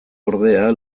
ordea